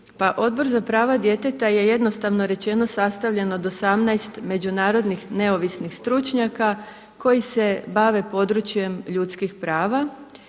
Odbor za prava djeteta je jednostavno rečeno sastavljen od 18 međunarodnih neovisnih stručnjaka koji se bave područje ljudskih prava,